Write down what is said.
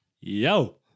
Yo